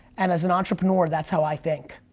and as an entrepreneur that's how i think.